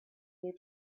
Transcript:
you